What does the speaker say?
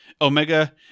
Omega